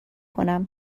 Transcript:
کنم